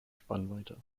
spannweite